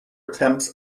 attempts